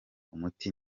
umuti